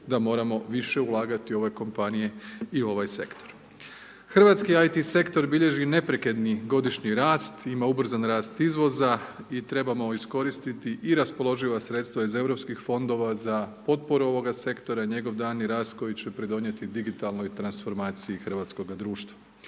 da moramo više ulagati u ove kompanije i u ovaj sektor. Hrvatski IT sektor, bilježi neprekidni godišnji rast, ima ubrzani rast izvoza i trebamo iskoristiti i raspoloživa sredstava iz europskih fondova, za potporu ovog sektora i njegov daljnji rat, koji će pridonijeti digitalnoj transformaciji hrvatskoga društva.